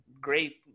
great